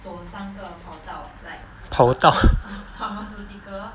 跑道